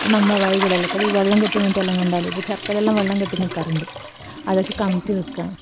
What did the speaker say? നമ്മൾ വഴികളിൽ അല്ലെങ്കിൽ ഈ വെള്ളം കെട്ടി നിന്നിട്ടെല്ലാം കണ്ടാൽ ഇപ്പം ചിരട്ടയിലെല്ലാം വെള്ളം കെട്ടി നിൽക്കാറുണ്ട് അതൊക്കെ കമഴ്ത്തി വെക്കുക